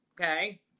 okay